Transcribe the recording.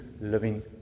living